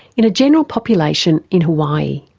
in a general population in hawaii.